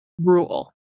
rule